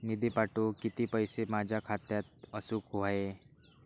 निधी पाठवुक किती पैशे माझ्या खात्यात असुक व्हाये?